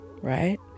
right